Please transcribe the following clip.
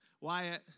Wyatt